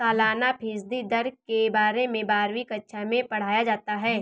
सालाना फ़ीसदी दर के बारे में बारहवीं कक्षा मैं पढ़ाया जाता है